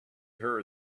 her